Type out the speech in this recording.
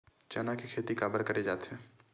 चना के खेती काबर करे जाथे?